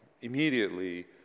immediately